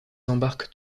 embarquent